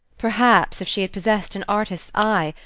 perhaps, if she had possessed an artist's eye,